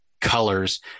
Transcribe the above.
colors